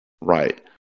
Right